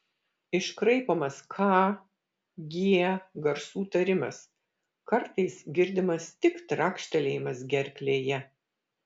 iškraipomas k g garsų tarimas kartais girdimas tik trakštelėjimas gerklėje